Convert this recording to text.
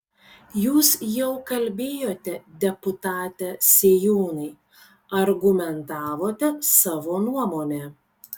jūs jau kalbėjote deputate sėjūnai argumentavote savo nuomonę